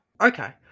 Okay